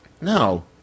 No